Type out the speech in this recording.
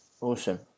Awesome